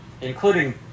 Including